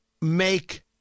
make